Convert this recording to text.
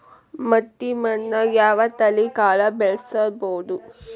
ಮಟ್ಟಿ ಮಣ್ಣಾಗ್, ಯಾವ ತಳಿ ಕಾಳ ಬೆಳ್ಸಬೋದು?